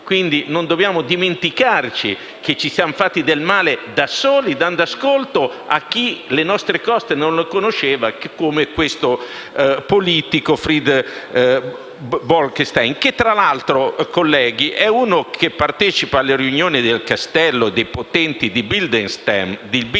Quindi, non dobbiamo dimenticarci che ci siamo fatti del male da soli dando ascolto a chi le nostre coste non le conosceva, come questo politico Frits Bolkestein, che tra l'altro, colleghi, partecipa alle riunioni dei potenti del gruppo Bilderberg